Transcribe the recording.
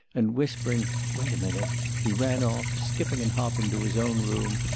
and, whispering wait a minute he ran off, skipping and hopping to his own room,